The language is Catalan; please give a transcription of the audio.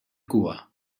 cua